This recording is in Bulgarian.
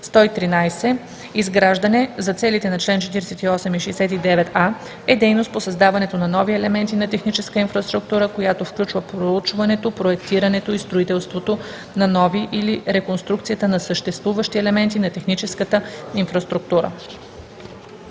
113. „Изграждане“ за целите на чл. 48 и 69а е дейност по създаването на нови елементи на техническа инфраструктура, която включва проучването, проектирането и строителството на нови или реконструкцията на съществуващи елементи на техническата инфраструктура.“